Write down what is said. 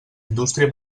indústria